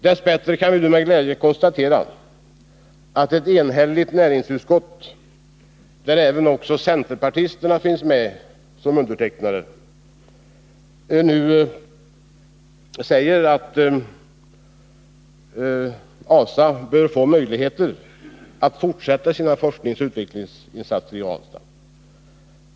Dess bättre kan vi med glädje konstatera att ett enhälligt näringsutskott, där även centerpartisterna är med som undertecknare, uttalar att ASA bör få möjligheter att fortsätta sina forskningsoch utvecklingsinsatser i Ranstad.